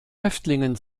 häftlingen